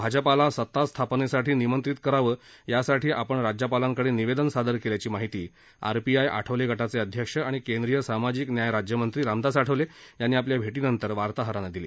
भाजपाला सतास्थापनेसाठी निमंत्रित करावं यासाठी आपण राज्यपालांकडे निवेदन सादर केल्याची माहिती आरपीआयचे अध्यक्ष आणि केंद्रीय सामाजिक न्याय राज्यमंत्री रामदास आठवले यांनी आपल्या भेटीनंतर वार्ताहरांना दिली